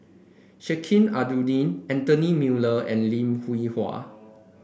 Sheik Alau'ddin Anthony Miller and Lim Hwee Hua